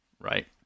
Right